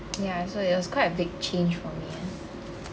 ya so it was quite a big change for me ah